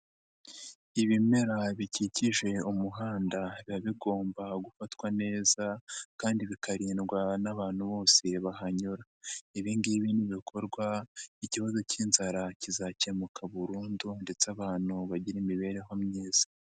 Ibimera bikikije umuhanda biba bigomba gufatwa neza kandi bikarindwa n'abantu bose bahanyura, ibi ngibi nibikorwa, ikibazo cy'inzara kizakemuka burundu ndetse abantu bagira imibereho myiza.